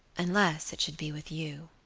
unless it should be with you.